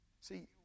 See